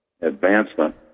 advancement